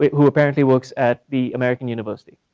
but who apparently works at the american university.